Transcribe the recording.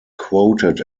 quoted